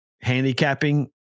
handicapping